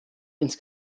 ins